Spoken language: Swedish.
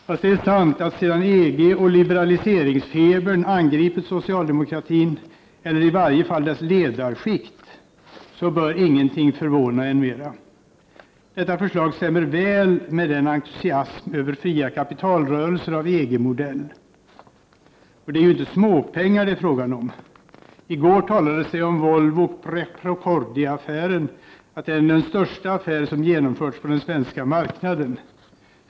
Fast det är ju sant att sedan EG och liberaliseringsfebern angripit socialdemokratin, eller i varje fall dess ledarskikt, så bör ingenting längre förvåna. Detta förslag stämmer väl med entusiasmen över fria kapitalrörelser av EG-modell. Och det är ju inte småpengar det är fråga om. I går talades det om att Volvo-Procordia-affären är den största affär som genomförts på den svenska marknaden.